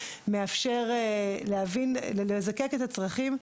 מאפשר לזקק את הצרכים,